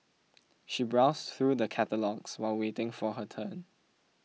she browsed through the catalogues while waiting for her turn